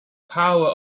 power